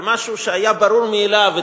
במשהו שהיה ברור מאליו,